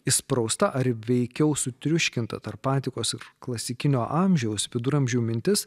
įsprausta ar veikiau sutriuškinta tarp antikos ir klasikinio amžiaus viduramžių mintis